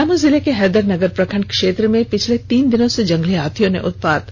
पलामू जिले के हैदरनगर प्रखंड क्षेत्र में पिछले तीन दिनों से जंगली हाथियों ने उत्पात मचा रखा है